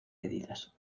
medidas